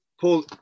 Paul